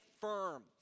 firm